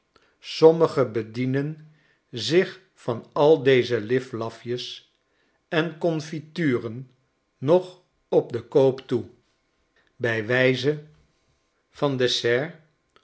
sommigen bedienen zich van al deze liflafjes en confituren nog op den koop toe bij wijze van dessert